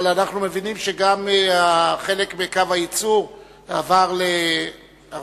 אבל אנחנו מבינים שגם חלק מקו הייצור עבר לארצות-הברית,